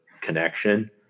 connection